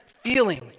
feeling